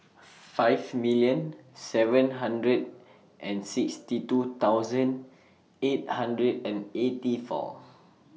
five million seven hundred and sixty two thousand eight hundred and eighty four